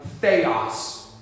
theos